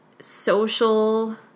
social